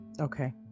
Okay